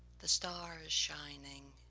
the star is shining,